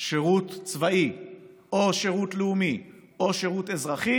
שירות צבאי או שירות לאומי או שירות אזרחי